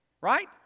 Right